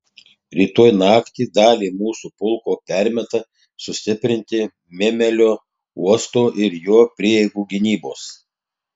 rytoj naktį dalį mūsų pulko permeta sustiprinti mėmelio uosto ir jo prieigų gynybos